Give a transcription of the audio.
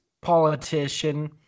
politician